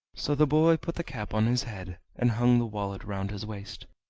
so the boy put the cap on his head, and hung the wallet round his waist,